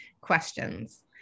questions